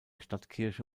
stadtkirche